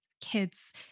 kids